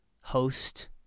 host